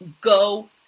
go